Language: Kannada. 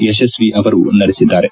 ಯಶಸ್ತಿ ಅವರು ನಡೆಸಿದ್ದಾರೆ